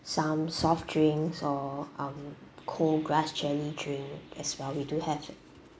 some soft drinks or um cold grass jelly drink as well we do have it